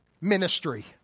ministry